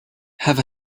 have